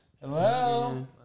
Hello